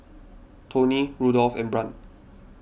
Toney Rudolph and Brant